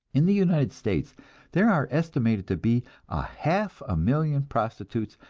in the united states there are estimated to be a half a million prostitutes,